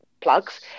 plugs